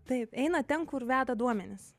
taip eina ten kur veda duomenys